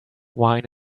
wine